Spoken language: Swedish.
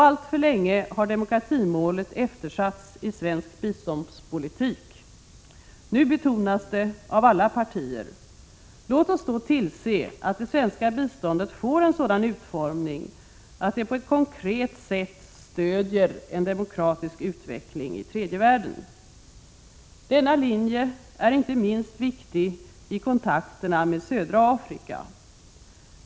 Alltför länge har demokratimålet eftersatts i svensk biståndspolitik. Nu betonas det av alla partier. Låt oss då tillse att det svenska biståndet får en sådan utformning att det på ett konkret sätt stödjer en demokratisk utveckling i tredje världen. Denna linje är inte minst viktig i kontakterna med södra Afrika.